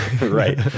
Right